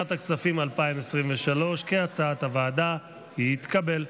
לשנת הכספים 2023, כהצעת הוועדה, התקבל.